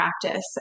practice